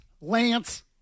Lance